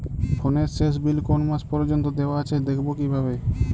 ফোনের শেষ বিল কোন মাস পর্যন্ত দেওয়া আছে দেখবো কিভাবে?